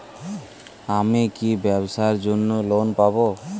আমি কি ব্যবসার জন্য লোন পাব?